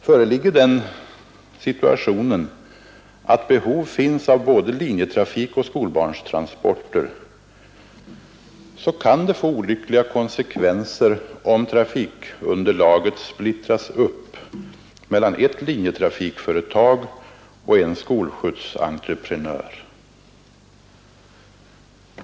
Föreligger den situationen att behov finns av både linjetrafik och skolbarnsskjutsar, kan en uppsplittring av trafikunderlaget mellan ett linjetrafikföretag och en skolskjutsentreprenör få olyckliga konsekvenser.